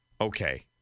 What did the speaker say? Okay